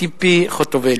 ציפי חוטובלי.